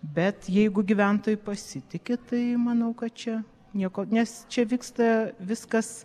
bet jeigu gyventojai pasitiki tai manau kad čia nieko nes čia vyksta viskas